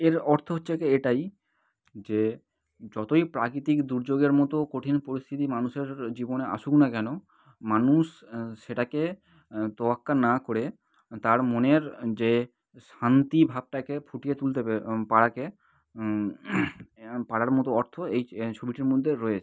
এর অর্থ হচ্ছে কি এটাই যে যতই প্রাকৃতিক দুর্যোগের মতো কঠিন পরিস্থিতি মানুষের জীবনে আসুক না কেন মানুষ সেটাকে তোয়াক্কা না করে তার মনের যে শান্তি ভাবটাকে ফুটিয়ে তুলতে পে পারাকে এ পারার মতো অর্থ এই যে এ ছবিটির মধ্যে রয়েছে